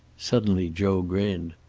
suddenly joe grinned.